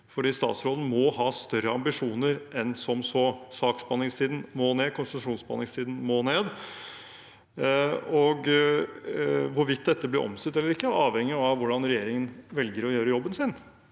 statsråden må ha større ambisjoner enn som så. Saksbehandlingstiden må ned, konsesjonsbehandlingstiden må ned, og hvorvidt dette blir omstridt eller ikke, avhenger av hvordan regjeringen velger å gjøre jobben sin.